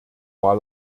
war